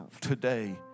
today